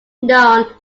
known